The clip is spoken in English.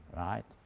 right?